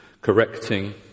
correcting